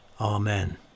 Amen